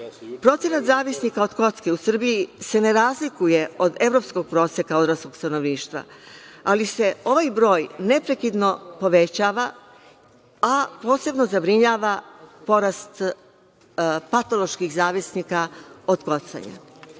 Procenat zavisnika od kocke u Srbiji se ne razlikuje od evropskog proseka odraslog stanovništva, ali se ovaj broj neprekidno povećava, a posebno zabrinjava porast patoloških zavisnika od kockanja.